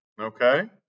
Okay